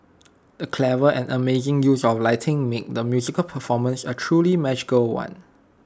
the clever and amazing use of lighting made the musical performance A truly magical one